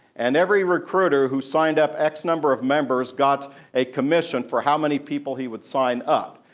and every recruiter who signed up x number of members got a commission for how many people he would sign up.